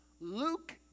Luke